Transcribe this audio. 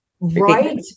Right